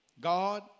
God